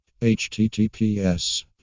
HTTPS